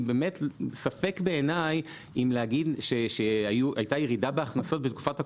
ספק בעיני אם להגיד שהייתה ירידה בהכנסות בתקופת הקורונה,